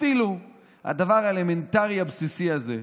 אפילו הדבר האלמנטרי, הבסיסי הזה,